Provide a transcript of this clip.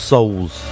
Souls